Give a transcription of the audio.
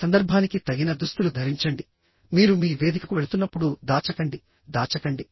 సందర్భానికి తగిన దుస్తులు ధరించండి మీరు మీ వేదికకు వెళుతున్నప్పుడు దాచకండి దాచకండి